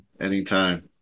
Anytime